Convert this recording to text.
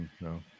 No